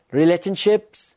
relationships